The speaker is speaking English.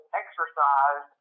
exercise